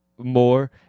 More